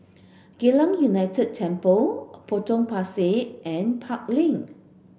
Geylang United Temple Potong Pasir and Park Lane